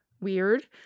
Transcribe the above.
Weird